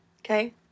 Okay